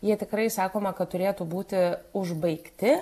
jie tikrai sakoma kad turėtų būti užbaigti